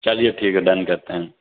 چلیے ٹھیک ہے ڈن کرتے ہیں